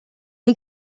est